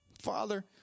father